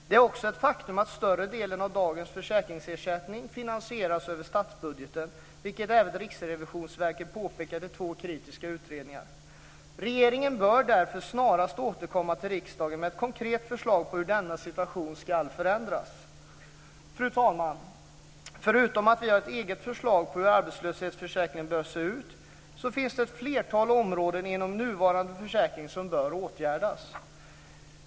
Det är också ett faktum att större delen av dagens försäkringsersättning finansieras över statsbudgeten, vilket även Riksrevisionsverket påpekat i två kritiska utredningar. Regeringen bör därför snarast återkomma till riksdagen med ett konkret förslag om hur denna situation ska förändras. Fru talman! Förutom att vi har ett eget förslag om hur arbetslöshetsförsäkringen bör se ut finns det ett flertal områden inom nuvarande försäkring som bör åtgärdas.